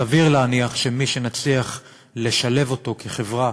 סביר להניח שמי שנצליח לשלב אותו בחברה,